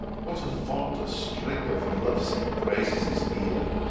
what a fond string of lovesick praises is here!